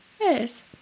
Yes